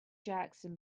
jackson